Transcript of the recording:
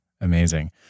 Amazing